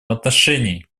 отношении